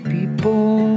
People